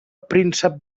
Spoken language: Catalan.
príncep